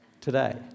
today